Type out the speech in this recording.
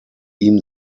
ihm